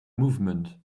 movement